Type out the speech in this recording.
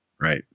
Right